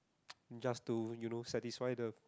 just to you know satisfy the